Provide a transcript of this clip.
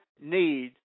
need